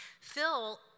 Phil